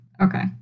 okay